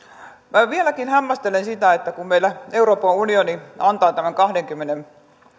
minä vieläkin hämmästelen sitä että kun meillä euroopan unioni antaa tämän kahdenkymmenen